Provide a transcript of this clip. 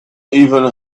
even